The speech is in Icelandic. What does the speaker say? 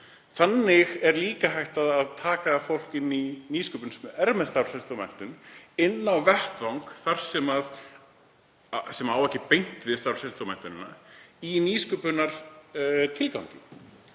Þannig er líka hægt að taka fólk inn í nýsköpun sem er með starfsreynslu og menntun inn á vettvang sem á ekki beint við starfsreynsluna og menntunina, í nýsköpunartilgangi.